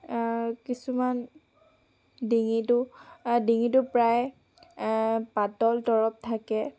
কিছুমান ডিঙিটো ডিঙিটো প্ৰায় পাতল তৰপ থাকে